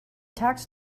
tax